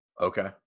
Okay